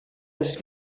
els